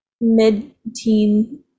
mid-teen